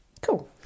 Cool